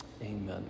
amen